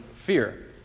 fear